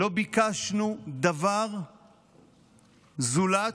לא ביקשנו דבר זולת